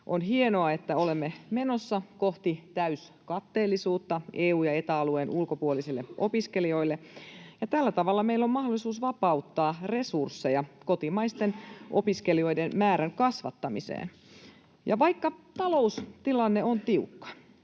On hienoa, että olemme menossa kohti täyskatteellisuutta EU- ja Eta-alueen ulkopuolisille opiskelijoille, ja tällä tavalla meillä on mahdollisuus vapauttaa resursseja kotimaisten opiskelijoiden määrän kasvattamiseen. Vaikka taloustilanne on tiukka,